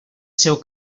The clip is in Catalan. seu